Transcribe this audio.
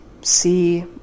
see